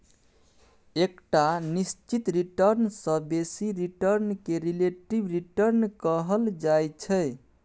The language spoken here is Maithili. एकटा निश्चित रिटर्न सँ बेसी रिटर्न केँ रिलेटिब रिटर्न कहल जाइ छै